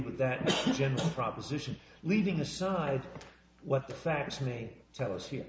with that general proposition leaving aside what the facts may tell us here